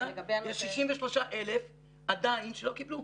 יש 63,00 עדיין שלא קיבלו.